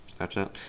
Snapchat